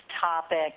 topic